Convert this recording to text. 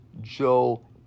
Joe